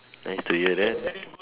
nice to hear that